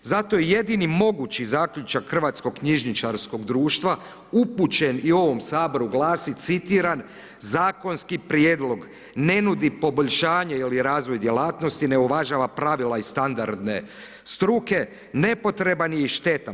Zato je jedini mogući zaključak Hrvatskog knjižničarskog društva, upućen i ovom Saboru glasi, citiram: Zakonski prijedlog ne nudi poboljšanje ili razvoj djelatnosti, ne uvažava pravila iz standardne struke, nepotreban je i štetan.